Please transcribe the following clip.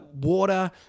Water